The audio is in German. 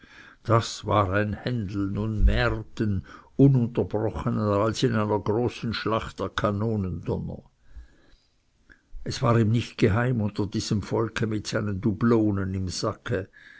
das war ein handeln und märten ununterbrochener als in einer großen schlacht der kanonendonner es war ihm nicht geheim unter diesem volke mit seinen dublonen im sacke